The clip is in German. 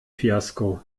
fiasko